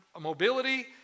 mobility